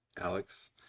Alex